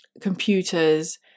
computers